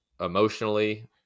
emotionally